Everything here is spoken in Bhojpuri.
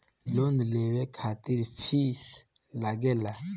लोन लेवे खातिर फीस लागेला?